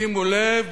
שימו לב,